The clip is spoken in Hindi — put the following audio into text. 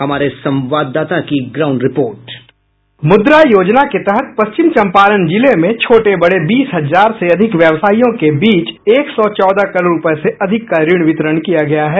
हमारे संवाददाता की ground report sound bite Mudra Yojana के तहत पश्चिम चंपारण जिले में छोटे बडे बीस हजार से अधिक व्यवसायियों के बीच एक सौ चौदह करोड रुपये से अधिक का ऋण वितरण किया गया है